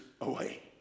away